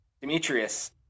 Demetrius